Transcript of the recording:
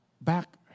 back